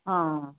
ਹਾਂ